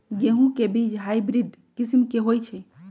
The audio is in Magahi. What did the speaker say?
गेंहू के बीज हाइब्रिड किस्म के होई छई?